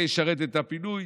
זה ישרת את הבינוי.